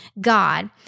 God